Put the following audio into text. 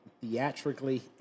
theatrically